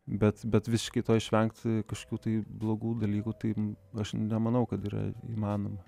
bet bet visiškai to išvengt kažkokių tai blogų dalykų tai aš nemanau kad yra įmanoma